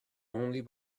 only